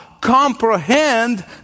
comprehend